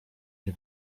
nie